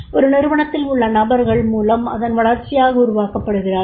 ஒரு நிறுவனத்தில் உள்ள நபர்கள் முதலில் அதன் வளர்ச்சிகாக உருவாக்கப்படுகிறார்கள்